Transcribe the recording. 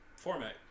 format